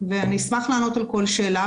אשמח לענות על כל שאלה.